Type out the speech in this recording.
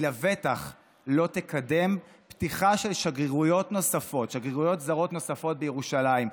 לבטח לא תקדם פתיחה של שגרירויות זרות נוספות בירושלים,